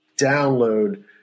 download